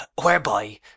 whereby